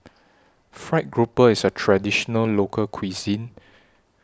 Fried Grouper IS A Traditional Local Cuisine